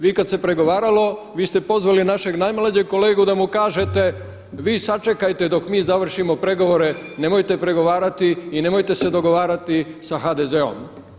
Vi kada se pregovaralo vi ste pozvali našeg najmlađeg kolegu da mu kažete vi sačekajte dok mi završimo pregovore, nemojte pregovarati i nemojte se dogovarati sa HDZ-om.